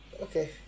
okay